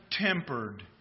tempered